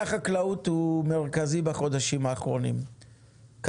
בחודשים האחרונים מתנהל דיון בנוגע לחקלאות הישראלית.